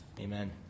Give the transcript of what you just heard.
Amen